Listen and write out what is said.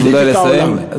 נא לסיים.